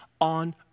on